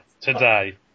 today